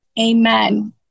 Amen